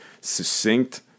succinct